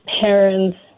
parents